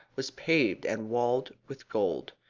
was paved and walled with gold.